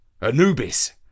Anubis